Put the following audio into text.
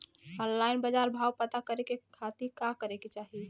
Online बाजार भाव पता करे के खाती का करे के चाही?